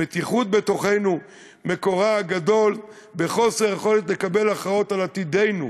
המתיחות בתוכנו מקורה הגדול הוא בחוסר יכולת לקבל הכרעות על עתידנו.